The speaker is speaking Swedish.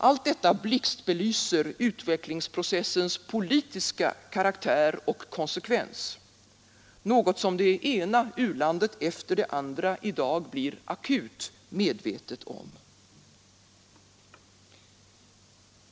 Allt detta blixtbelyser utvecklingsprocessens politiska karaktär och konsekvens, något som det ena u-landet efter det andra i dag blir akut medvetet om.